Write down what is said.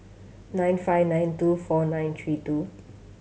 nine five nine two four nine three two